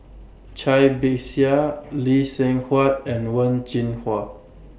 Cai Bixia Lee Seng Huat and Wen Jinhua